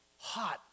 hot